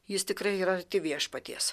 jis tikrai yra viešpaties